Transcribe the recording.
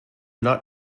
not